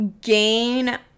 gain